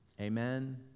Amen